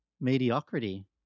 mediocrity